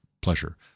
pleasure